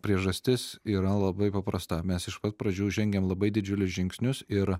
priežastis yra labai paprasta mes iš pat pradžių žengėm labai didžiulius žingsnius ir